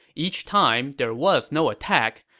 each time, there was no attack,